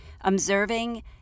Observing